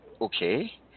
Okay